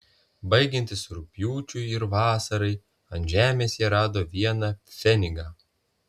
baigiantis rugpjūčiui ir vasarai ant žemės jie rado vieną pfenigą